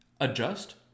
adjust